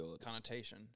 connotation